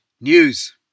news